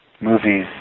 Movies